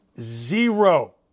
zero